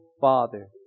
father